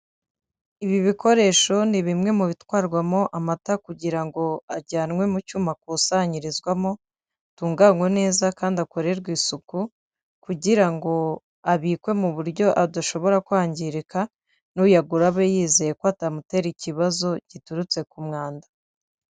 Ibi bikoresho ni bimwe mu bitwarwamo amata kugira ngo ajyanwe mu cyuma akusanyirizwamo, atunganywe neza kandi akorerwe isuku kugira ngo abikwe mu buryo adashobora kwangirika n'uyagura abe yizeye ko atamutera ikibazo giturutse ku mwanda.